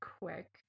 quick